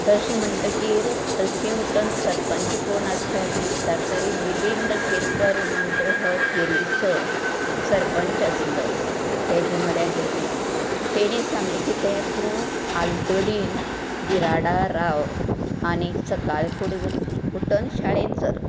तशें म्हणटकीर तश्शी उठूवन सरंपच कोण आसा कांय म्हण विचारतकीर मिलींद केरकर म्हणटा हो केरीचो सरपंच आसलो तेचे म्हऱ्यांत गेली तेणी सांगले की ते तूं आलतडी बिराडा राव आनी सकाळीं फुडें उठून शाळेंत चल